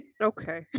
okay